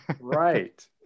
Right